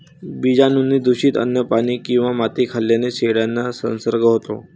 बीजाणूंनी दूषित अन्न, पाणी किंवा माती खाल्ल्याने शेळ्यांना संसर्ग होतो